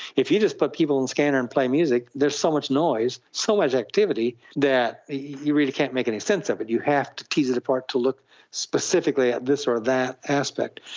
if you just put people in the scanner and play music, there's so much noise, so much activity that you really can't make any sense of it, you have to tease it apart to look specifically at this or that aspect.